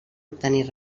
obtenir